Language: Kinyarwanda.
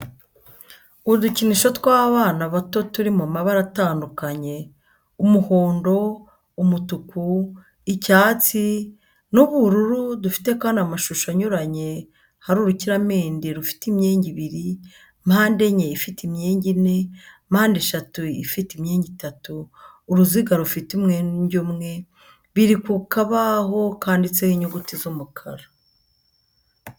Udukinisho tw'abana bato turi mu mabara atandukanye umuhondo, umutuku, icyatsi, n'ubururu dufite kandi amashusho anyuranye hari urukiramende rufite imyenge ibiri, mpandenye ifite imyenge ine, mpandeshatu ifite imyenge itatu, uruziga rufite umwenge umwe, biri ku kabaho kanditseho inyuguti z'umukara.